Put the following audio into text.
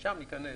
שם ניכנס.